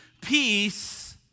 peace